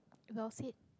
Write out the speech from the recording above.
well said